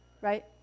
right